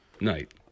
Night